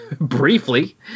briefly